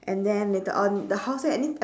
and then later on the house eh any